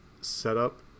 setup